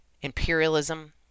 imperialism